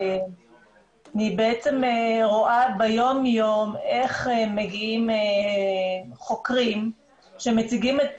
אני בעצם רואה ביום יום איך מגיעים חוקרים שמציגים את